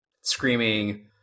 screaming